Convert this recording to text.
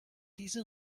diese